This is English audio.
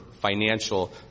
financial